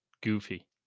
goofy